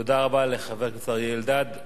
תודה רבה לחבר הכנסת אריה אלדד.